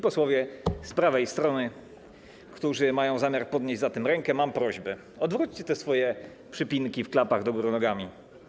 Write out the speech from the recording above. Posłowie z prawej strony, którzy macie zamiar podnieść za tym rękę, mam prośbę: odwróćcie te swoje przypinki w klapach do góry nogami.